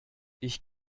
ich